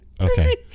okay